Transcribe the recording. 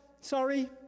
Sorry